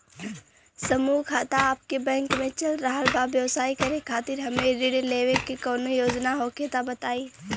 समूह खाता आपके बैंक मे चल रहल बा ब्यवसाय करे खातिर हमे ऋण लेवे के कौनो योजना होखे त बताई?